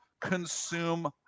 consume